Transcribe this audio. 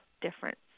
difference